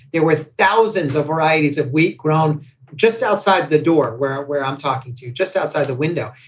there were thousands of varieties of wheat grown just outside the door where ah where i'm talking to just outside the window.